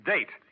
Date